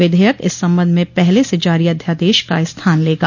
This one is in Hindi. विधेयक इस संबंध में पहले से जारी अध्यादेश का स्थान लेगा